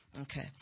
Okay